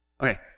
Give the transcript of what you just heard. Okay